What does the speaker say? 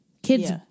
Kids